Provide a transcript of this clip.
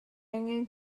angen